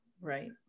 right